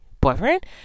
boyfriend